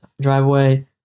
driveway